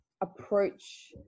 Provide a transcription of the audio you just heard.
approach